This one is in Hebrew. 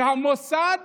שהמוסד